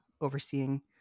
overseeing